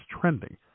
trending